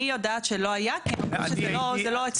אני יודעת שלא היה כי הם אמרו שזה לא אצלם,